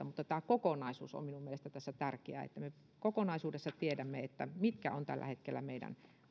mutta tämä kokonaisuus on minun mielestäni tässä tärkeä se että me kokonaisuudessa tiedämme mitkä ovat tällä hetkellä meidän